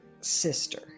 sister